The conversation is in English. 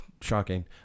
Shocking